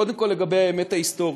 קודם כול לגבי האמת ההיסטורית.